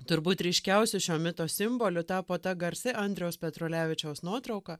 turbūt ryškiausiu šio mito simboliu tapo ta garsi andriaus petrulevičiaus nuotrauka